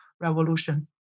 Revolution